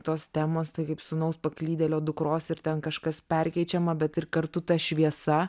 tos temos tai kaip sūnaus paklydėlio dukros ir ten kažkas perkeičiama bet ir kartu ta šviesa